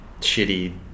shitty